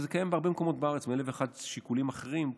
זה קיים בהרבה מקומות בארץ מאלף ואחד שיקולים אחרים,